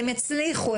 הם הצליחו,